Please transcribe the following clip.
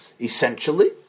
Essentially